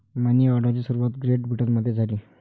मनी ऑर्डरची सुरुवात ग्रेट ब्रिटनमध्ये झाली